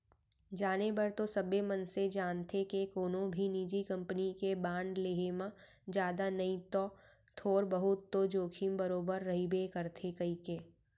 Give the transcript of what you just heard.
जाने बर तो सबे मनसे जानथें के कोनो भी निजी कंपनी के बांड लेहे म जादा नई तौ थोर बहुत तो जोखिम बरोबर रइबे करथे कइके